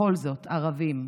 / בכל זאת, ערבים.